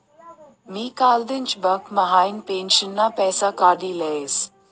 मी कालदिनच बँक म्हाइन पेंशनना पैसा काडी लयस